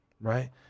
Right